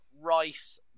Rice